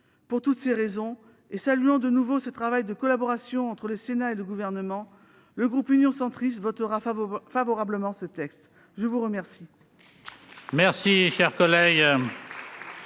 Pour toutes ces raisons, et saluant de nouveau ce travail de collaboration entre le Sénat et le Gouvernement, le groupe Union Centriste votera favorablement ce texte. La parole